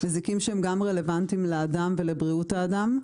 מזיקים שהם גם רלוונטיים לאדם ולבריאות האדם,